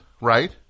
right